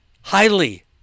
highly